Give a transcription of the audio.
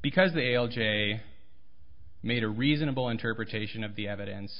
because ale j made a reasonable interpretation of the evidence